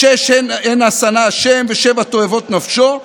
"שש הנה שנא ה' ושבע תועבות נפשו",